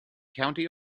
county